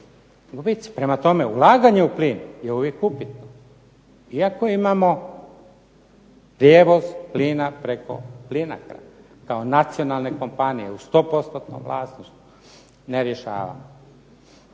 Gubici. Prema tome ulaganje u plin je uvijek upitno, iako imamo prijevoz plina preko PLINACRO-a, kao nacionalne kompanije, u stopostotnom vlasništvu, ne rješava.